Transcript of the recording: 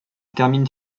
termine